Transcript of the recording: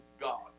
God